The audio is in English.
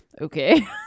Okay